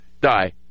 die